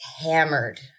hammered